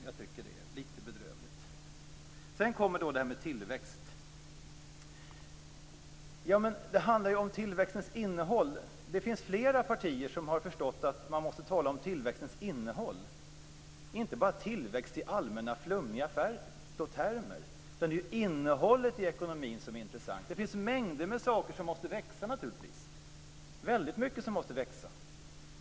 Jag tycker att det är lite bedrövligt. Sedan kommer då detta med tillväxt. Det handlar ju om tillväxtens innehåll. Det finns flera partier som har förstått att man måste tala om tillväxtens innehåll och inte bara tillväxt i allmänna flummiga termer. Det är innehållet i ekonomin som är intressant. Det finns mängder med saker som måste växa naturligtvis.